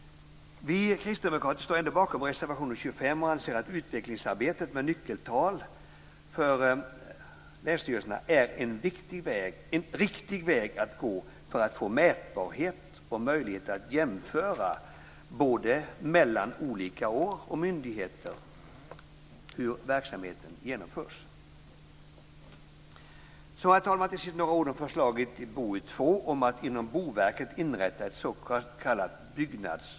Vi kristdemokrater står ändå bakom reservation 35 och anser att utvecklingsarbetet med nyckeltal för länsstyrelserna är en riktig väg att gå för att få mätbarhet och möjlighet att jämföra både mellan olika år och myndigheter hur verksamheten genomförs. Herr talman! Till sist vill jag säga några ord om förslaget i BoU2 om att inom Boverket inrätta ett s.k.